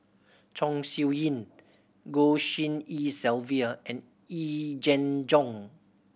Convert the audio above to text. Chong Siew Ying Goh Tshin En Sylvia and Yee Jenn Jong